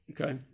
Okay